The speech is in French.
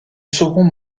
second